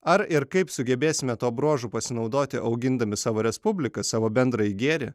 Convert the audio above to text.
ar ir kaip sugebėsime tuo bruožu pasinaudoti augindami savo respubliką savo bendrąjį gėrį